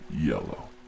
yellow